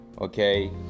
okay